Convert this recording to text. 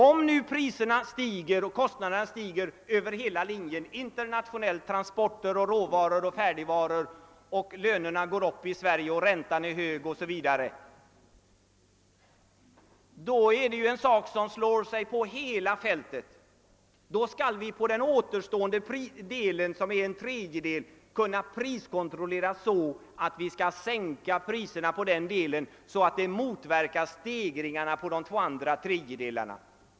Om priserna och kost naderna stiger över hela linjen — internationellt, transporter, råvaror och färdigvaror — och lönerna stiger, räntan är hög osv., slår detta ut på hela fältet. Då skall vi på den återstående delen, en tredjedel, kunna priskontrollera så att vi kan sänka priserna på den delen och därutöver motverka stegringarna på de andra två tredjedelarna.